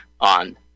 on